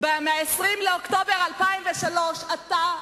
מ-20 באוקטובר 2003. אתה,